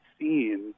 seen